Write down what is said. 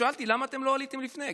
שאלתי: למה אתם לא עליתם לפני?